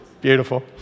Beautiful